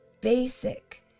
basic